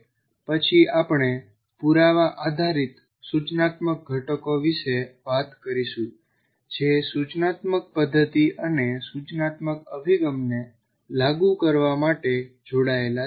પછી આપણે પુરાવા આધારિત સૂચનાત્મક ઘટકો વિશે વાત કરીશું જે સૂચનાત્મક પદ્ધતિ અને સૂચનાત્મક અભિગમને લાગુ કરવા માટે જોડાયેલા છે